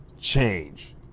change